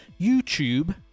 YouTube